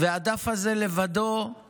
והדף הזה לבדו הוא